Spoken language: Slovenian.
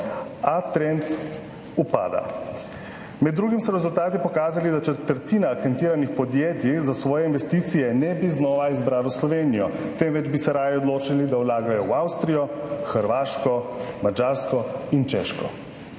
a trend upada. Med drugim so rezultati pokazali, da četrtina anketiranih podjetij za svoje investicije ne bi znova izbrala Slovenije, temveč bi se raje odločila, da vlagajo v Avstrijo, Hrvaško, Madžarsko in Češko.